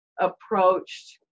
approached